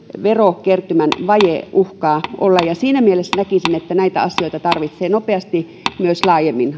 verokertymän vaje uhkaa olla ja siinä mielessä näkisin että näitä asioita tarvitsee nopeasti myös laajemmin